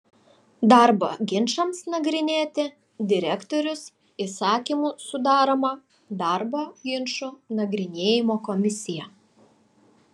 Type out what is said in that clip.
darbo ginčams nagrinėti direktorius įsakymu sudaroma darbo ginčų nagrinėjimo komisija